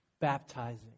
baptizing